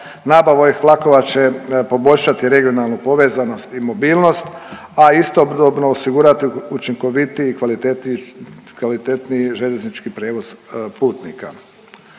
Nabava ovih vlakova će poboljšati regionalnu povezanost i mobilnost, a istodobno osigurati učinkovitiji i kvalitetniji željeznički prijevoz putnika.